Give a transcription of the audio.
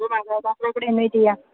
നമുക്ക് മാതാപിതാക്കളെ കൂടി ഇൻവൈറ്റ് ചെയ്യാം